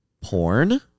porn